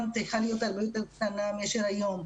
צריכה להיות הרבה יותר קטנה מאשר היום.